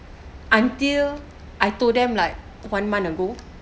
until I told them like one month ago